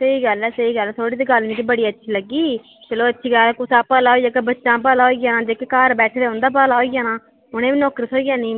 स्हेई गल्ल ऐ स्हेई गल्ल ऐ थुआढ़ी ते गल्ल मिकी बड़ी अच्छी लग्गी चलो अच्छी गल्ल ऐ कुसै दा भला होई जाह्ग बच्चें दा भला होई जाना जेह्के घर बैठे दे उं'दा भला होई जाना उ'नें ई नौकरी थ्होई जानी